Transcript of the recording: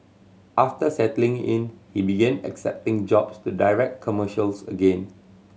after settling in he began accepting jobs to direct commercials again